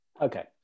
Okay